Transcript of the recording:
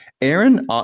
Aaron